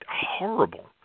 horrible